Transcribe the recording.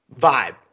vibe